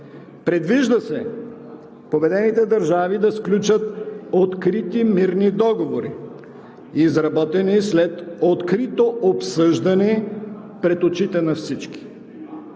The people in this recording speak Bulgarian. Предвижда се победените държави да сключат открити мирни договори, изработени след открито обсъждане пред очите на всички.